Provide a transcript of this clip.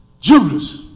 Judas